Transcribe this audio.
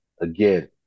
Again